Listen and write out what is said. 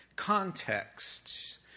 context